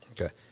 Okay